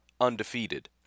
undefeated